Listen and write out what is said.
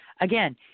Again